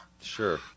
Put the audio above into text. Sure